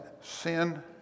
sin